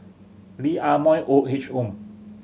Lee Ah Mooi Old Age Home